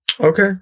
Okay